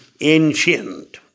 ancient